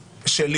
כאלה.